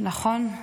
נכון.